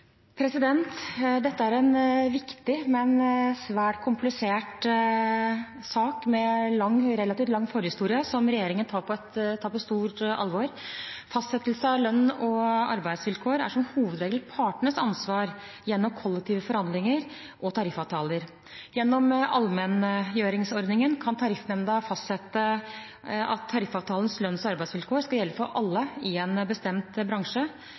Dette er en viktig, men svært komplisert sak med relativt lang forhistorie, som regjeringen tar på stort alvor. Fastsettelse av lønns- og arbeidsvilkår er som hovedregel partenes ansvar gjennom kollektive forhandlinger og tariffavtaler. Gjennom allmenngjøringsordningen kan Tariffnemnda fastsette at tariffavtalens lønns- og arbeidsvilkår skal gjelde for alle i en bestemt bransje.